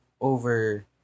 over